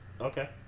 Okay